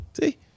See